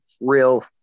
real